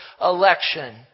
election